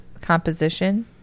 composition